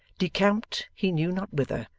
decamped he knew not whither,